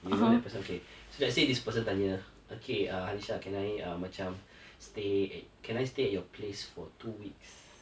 I'm using that person okay so let's say this person tanya okay ayisha uh can I uh macam stay at can I stay at your place for two weeks